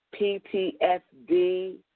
PTSD